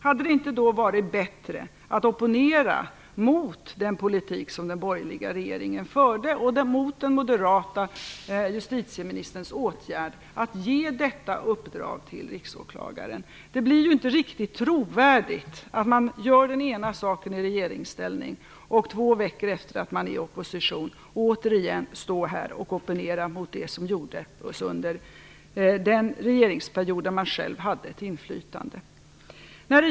Hade det inte varit bättre att opponera mot den politik som den borgerliga regeringen förde och mot den moderata justitieministerns åtgärd att ge detta uppdrag till Riksåklagaren? Det blir inte riktigt trovärdigt att man gör den ena saken i regeringsställning och efter två veckor i opposition återigen står här och opponerar mot det som gjordes under den regeringsperiod då man själv hade ett inflytande.